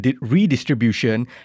redistribution